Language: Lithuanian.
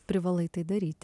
privalai tai daryti